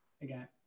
Again